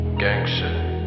Gangster